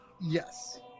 Yes